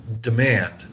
demand